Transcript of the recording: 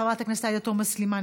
חברת הכנסת עאידה תומא סלימאן,